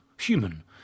Human